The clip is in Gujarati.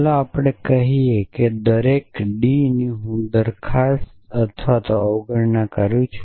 ચાલો આપણે કહીએ અને દરેક D હું દરખાસ્તની દ અવગણના કરું છું